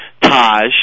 Taj